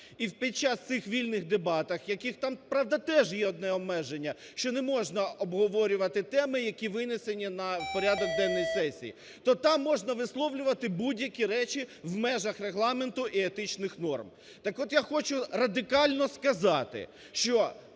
І під час цих "вільних дебатів", в яких там правда теж є одне обмеження, що не можна обговорювати теми, які винесені на порядок денний сесії, то там можна висловлювати будь-які речі в межах регламенту і етичних норм. Так от я хочу радикально сказати, що